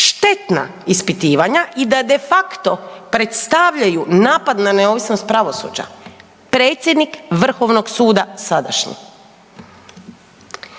štetna ispitivanja i da de facto predstavljaju napade na neovisnost pravosuđa. Predsjednik VSRH sadašnji.